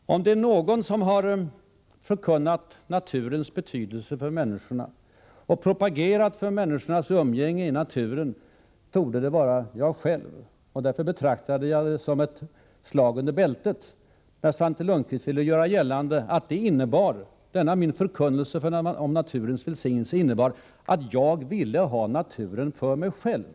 Knappast någon har förkunnat naturens betydelse för människorna och propagerat för människornas umgänge med naturen mer än jag själv gjort. Därför betraktade jag det som ett slag under bältet när Svante Lundkvist ville göra gällande att denna min förkunnelse om naturens välsignelser innebar att jag ville ha naturen för mig själv.